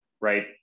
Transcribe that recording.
right